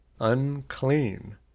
unclean